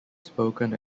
spoken